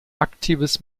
aktives